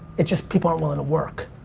it's just people aren't willing to work.